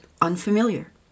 unfamiliar